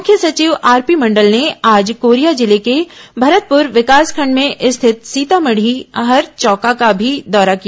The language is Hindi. मुख्य सचिव आरपी मंडल ने आज कोरिया जिले के भरतपुर विकासखंड में स्थित सीतामढी हरचौका का भी दौरा किया